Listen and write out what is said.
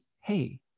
hey